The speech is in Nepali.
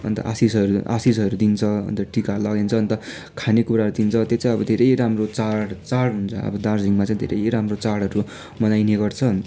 अन्त आशीषहरू आशीषहरू दिन्छ टिका लगाइदिन्छ अन्त खानेकुराहरू दिन्छ त्यो चाहिँ अब धेरै राम्रो चाड चाड हुन्छ अब दार्जिलिङमा चाहिँ अब धेरै राम्रो चाडहरू मनाइने गर्छ